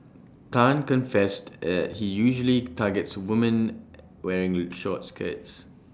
Tan confessed at he usually targets women wearing short skirts